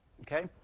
okay